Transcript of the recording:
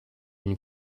une